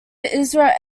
ezra